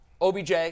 OBJ